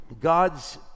god's